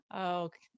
Okay